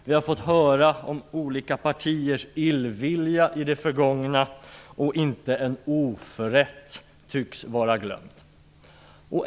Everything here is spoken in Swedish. Vi har fått höra om olika partiers illvilja i det förgångna. Inte en oförrätt tycks vara glömd.